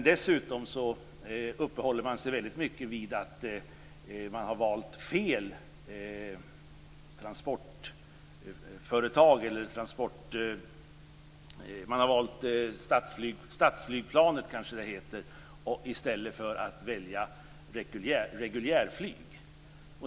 Dels uppehåller man sig väldigt mycket vid att statsflygplanet valdes i stället för reguljärflyg.